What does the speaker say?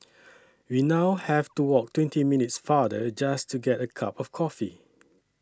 we now have to walk twenty minutes farther just to get a cup of coffee